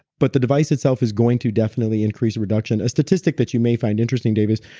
but the device itself is going to definitely increase reduction a statistic that you may find interesting dave is,